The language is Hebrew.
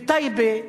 בטייבה,